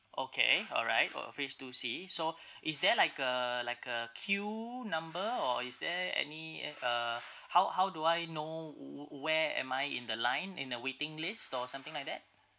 okay alright for phase two C so is there like a like a queue number or is there any a~ uh how how do I know wh~ wh~ where am I in the line in a waiting list or something like that